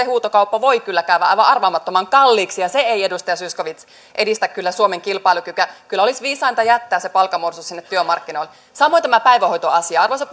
huutokauppa voi kyllä käydä aivan arvaamattoman kalliiksi ja se ei edustaja zyskowicz kyllä edistä suomen kilpailukykyä kyllä olisi viisainta jättää se palkanmuodostus sinne työmarkkinoille samoin tämä päivähoitoasia arvoisa